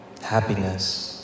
Happiness